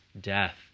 death